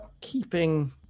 keeping